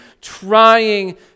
trying